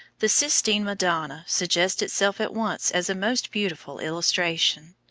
the sistine madonna suggests itself at once as a most beautiful illustration.